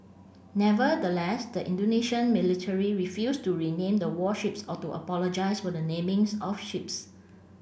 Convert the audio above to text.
nevertheless the Indonesian military refused to rename the warships or to apologise for the namings of ships